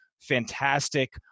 fantastic